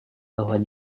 bahwa